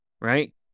right